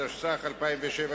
התשס"ח 2007,